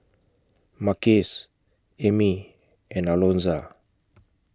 Marques Amie and Alonza